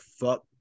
fuck